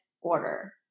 order